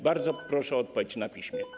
Bardzo proszę o odpowiedź na piśmie.